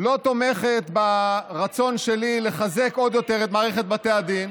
לא תומכת ברצון שלי לחזק עוד יותר את מערכת בתי הדין.